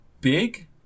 big